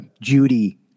Judy